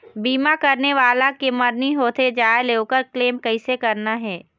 बीमा करने वाला के मरनी होथे जाय ले, ओकर क्लेम कैसे करना हे?